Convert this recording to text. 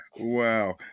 Wow